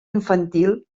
infantil